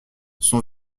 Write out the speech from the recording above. son